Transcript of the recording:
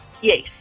Yes